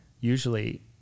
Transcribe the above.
usually